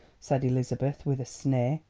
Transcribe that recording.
said elizabeth with a sneer.